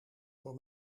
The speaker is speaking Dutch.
voor